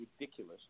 ridiculous